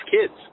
kids